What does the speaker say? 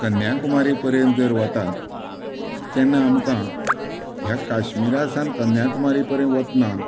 कन्याकुमारी पर्यंत जर वतात तेन्ना आमकां ह्या काश्मिरा सावन कन्याकुमारी पर्यन वतना